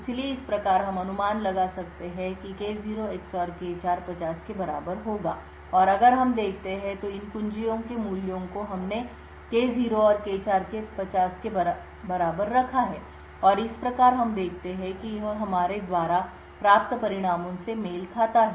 इसलिए इस प्रकार हम अनुमान लगा सकते हैं कि K0 XOR K4 50 के बराबर होगा और अगर हम देखते हैं तो इन कुंजियों के मूल्यों को हमने K0 और K4 के 50 के बराबर रखा है और इस प्रकार हम देखते हैं कि यह हमारे द्वारा प्राप्त परिणामों से मेल खाता है